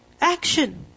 Action